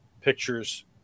pictures